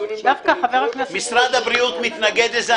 משרד הבריאות מתנגד לזה.